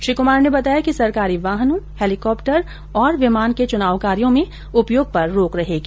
श्री कुमार ने बताया कि सरकारी वाहनों हेलीकॉप्टर और विमान के चुनाव कार्यो में उपयोग पर रोक रहेगी